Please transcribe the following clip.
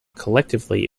collectively